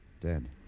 Dead